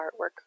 artwork